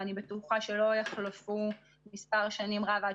ואני בטוחה שלא יחלפו מספר שנים רב עד